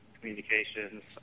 communications